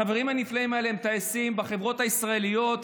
החברים הנפלאים האלה הם טייסים בחברות הישראליות.